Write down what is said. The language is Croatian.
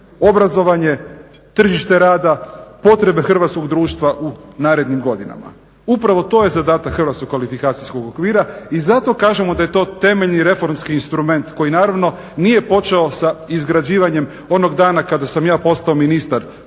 obrazovanje, tržište rada, potrebe hrvatskog društva u narednim godinama. Upravo to je zadatak hrvatskog kvalifikacijskog okvira i zato kažemo da je to temeljni reformski instrument koji naravno nije počeo sa izgrađivanjem onog dana kada sam ja postao ministar,